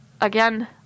again